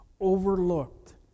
overlooked